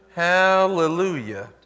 hallelujah